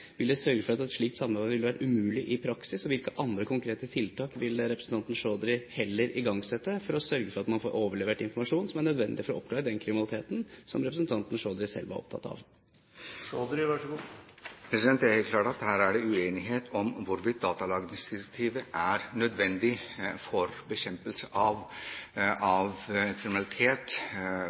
ville sørge for at et slikt samarbeid ville være umulig i praksis? Hvilke andre konkrete tiltak vil representanten Chaudhry heller igangsette for å sørge for at man får overlevert informasjon som er nødvendig for å oppklare den kriminaliteten som representanten Chaudhry selv var opptatt av? Det er helt klart at her er det uenighet om hvorvidt datalagringsdirektivet er nødvendig for bekjempelse av kriminalitet – seksuelle overgrep mot barn, osv. SV er opptatt av,